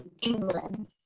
England